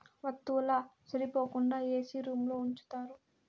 వత్తువుల సెడిపోకుండా ఏసీ రూంలో ఉంచుతారు